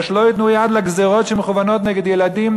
אבל שלא ייתנו יד לגזירות שמכוונות נגד ילדים,